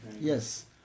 Yes